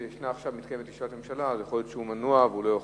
עכשיו מתקיימת ישיבת ממשלה אז יכול להיות שהוא מנוע מלענות.